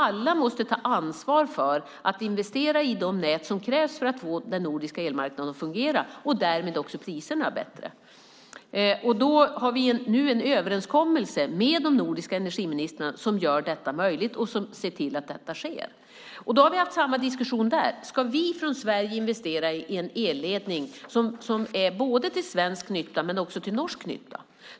Alla måste ta ansvar för att investera i de nät som krävs för att få den nordiska elmarknaden att fungera och därmed också få bättre priser. Vi har nu en överenskommelse med de nordiska energiministrarna som gör detta möjligt och som ser till att detta sker. Vi har haft samma diskussion där. Ska vi i Sverige investera i en elledning som är till svensk nytta och även till norsk nytta?